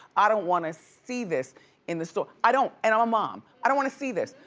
i don't wanna see this in the store. i don't and i'm a mom, i don't wanna see this.